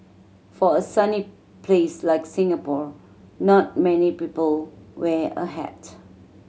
for a sunny place like Singapore not many people wear a hat